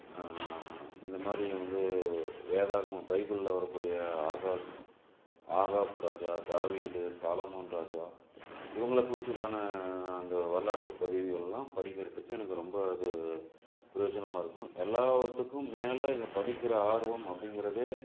இந்த மாதிரி வந்து வேதாகம் பைபிள்ல வரக்கூடிய ஆகாஸ் ஆகாப் ராஜா தாவீது சாலமன் ராஜா இவங்கள குறிச்சு தானே அந்த வரலாற்றுப் பதிவுகள்லாம் படிக்கிறத்துக்கு எனக்கு ரொம்ப இது பிரயோஜனமா இருக்கும் எல்லாத்துக்கும் மேலே இதைப் படிக்கிற ஆர்வம் அப்படிங்கறது